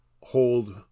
hold